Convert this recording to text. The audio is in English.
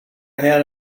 had